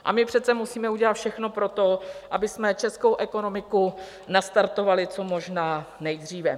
A my přece musíme udělat všechno pro to, abychom českou ekonomiku nastartovali co možná nejdříve.